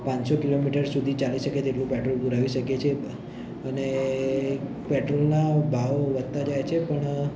પાંચસો કિલોમીટર સુધી ચાલી શકે તેટલું પેટ્રોલ પુરાવી શકીએ છીએ અને પેટ્રોલના ભાવ વધતાં જાય છે પણ